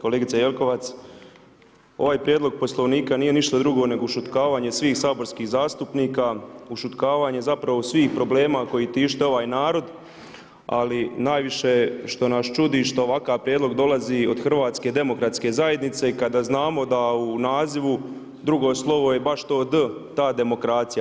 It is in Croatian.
Kolegice Jelkovac, ovaj prijedlog Poslovnika nije ništa drugo nego ušutkavanje svih saborskih zastupnika, ušutkavanje zapravo svih problema koji tište ovaj narod ali najviše što nas čudi i što ovakav prijedlog dolazi od HDZ-a i kada znamo da u nazivu drugo slovo je baš to „d“, ta demokracija.